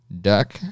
duck